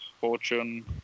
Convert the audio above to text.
Fortune